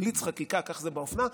בליץ חקיקה, כך זה באופנה.